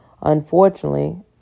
Unfortunately